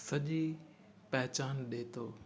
सॼी पहिचान ॾिए थो